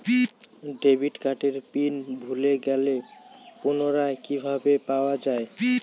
Debit কার্ডের PIN ভুলে গেলে পুনরায় কিভাবে পাওয়া য়ায়?